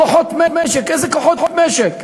כוחות משק איזה כוחות משק?